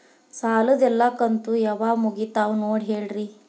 ಸಾಲದ ಎಲ್ಲಾ ಕಂತು ಯಾವಾಗ ಮುಗಿತಾವ ನೋಡಿ ಹೇಳ್ರಿ